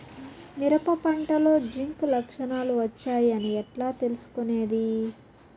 మిరప పంటలో జింక్ లక్షణాలు వచ్చాయి అని ఎట్లా తెలుసుకొనేది?